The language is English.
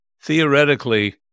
theoretically